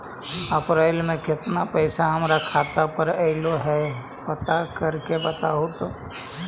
अप्रैल में केतना पैसा हमर खाता पर अएलो है चेक कर के बताहू तो?